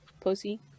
pussy